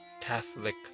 Catholic